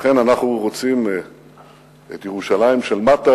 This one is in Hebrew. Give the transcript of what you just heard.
לכן אנחנו רוצים את ירושלים של מטה